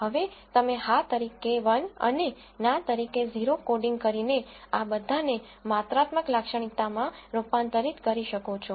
હવે તમે હા તરીકે 1 અને ના તરીકે 0 કોડિંગ કરીને આ બધાને માત્રાત્મક લાક્ષણિકતામાં રૂપાંતરિત કરી શકો છો